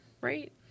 right